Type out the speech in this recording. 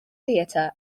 theater